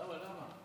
למה?